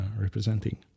representing